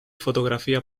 fotografía